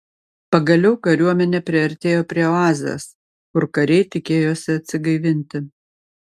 pagaliau kariuomenė priartėjo prie oazės kur kariai tikėjosi atsigaivinti